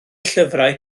llyfrau